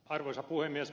arvoisa puhemies